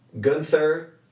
Gunther